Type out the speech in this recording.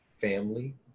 family